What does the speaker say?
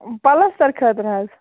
plaster خٲطرٕ حَظ